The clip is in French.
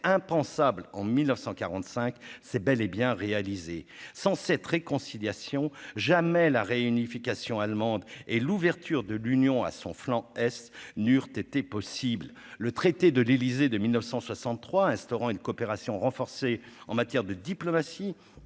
impensable en 1945 c'est bel et bien réalisé sans cette réconciliation jamais la réunification allemande et l'ouverture de l'Union à son flanc Est Nur possible le traité de l'Élysée de 1963 instaurant une coopération renforcée en matière de diplomatie,